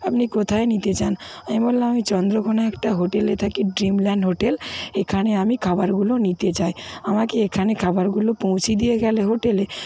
আপনি কোথায় নিতে চান আমি বললাম আমি চন্দ্রকোণায় একটা হোটেলে থাকি ড্রিম ল্যান্ড হোটেল এখানে আমি খাবারগুলো নিতে চাই আমাকে এখানে খাবারগুলো পৌঁছে দিয়ে গেলে হোটেলে